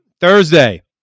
Thursday